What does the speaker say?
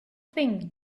thing